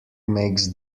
makes